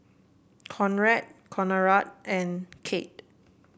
Conrad Conard and Kate